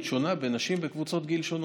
שונה בין נשים בקבוצות גיל שונות.